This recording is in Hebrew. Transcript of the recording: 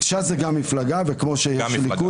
ש"ס זה גם מפלגה, כמו שיש ליכוד.